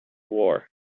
war